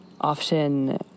often